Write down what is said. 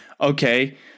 Okay